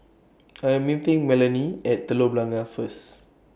I Am meeting Melanie At Telok Blangah First